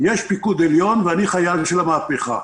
יש פיקוד עליון ואני חייל של המהפכה.